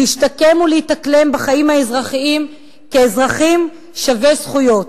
להשתקם ולהתאקלם בחיים האזרחיים כאזרחים שווי זכויות.